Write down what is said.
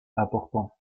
important